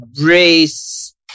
race